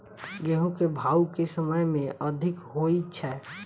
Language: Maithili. गेंहूँ केँ भाउ केँ समय मे अधिक होइ छै?